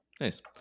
Nice